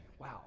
wow